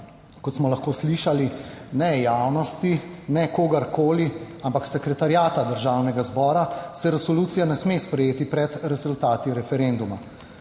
kot smo lahko slišali, ne javnosti, ne kogarkoli, ampak Sekretariata Državnega zbora se resolucija ne sme sprejeti pred rezultati referenduma.